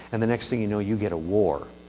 and the next thing you know, you get a war.